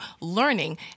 learning